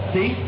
See